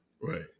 Right